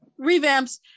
revamps